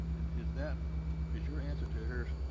is that is your answer to her,